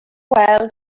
well